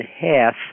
half